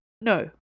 no